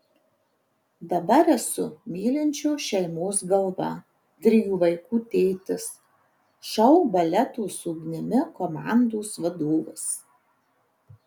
dabar esu mylinčios šeimos galva trijų vaikų tėtis šou baleto su ugnimi komandos vadovas